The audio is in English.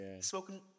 Smoking